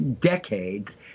decades